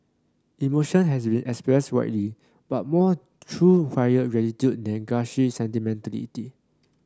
emotion has been expressed widely but more through quiet gratitude than gushy sentimentality